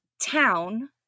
town